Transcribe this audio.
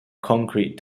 concrete